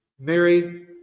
Mary